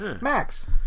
Max